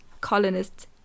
colonists